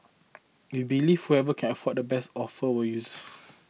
we believe whoever can offer the best offer use